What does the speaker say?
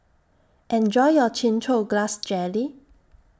Enjoy your Chin Chow Grass Jelly